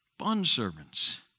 bondservants